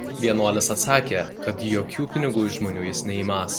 vienuolis atsakė kad jokių pinigų iš žmonių jis neimąs